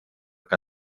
que